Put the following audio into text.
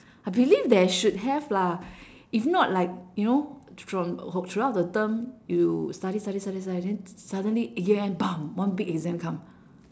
I believe there should have lah if not like you know thr~ from throughout the term you study study study study then suddenly year end bam one big exam come